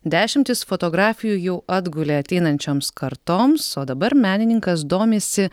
dešimtys fotografijų jau atgulė ateinančioms kartoms o dabar menininkas domisi